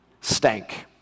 stank